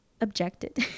objected